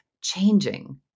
changing